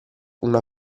una